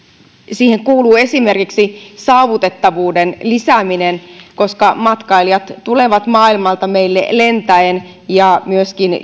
siihen kuuluu esimerkiksi saavutettavuuden lisääminen koska matkailijat tulevat maailmalta meille lentäen ja myöskin